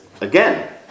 again